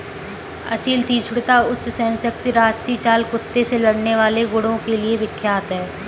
असील तीक्ष्णता, उच्च सहनशक्ति राजसी चाल कुत्ते से लड़ने वाले गुणों के लिए विख्यात है